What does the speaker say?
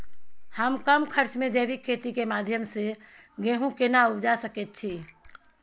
हम कम खर्च में जैविक खेती के माध्यम से गेहूं केना उपजा सकेत छी?